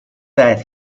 that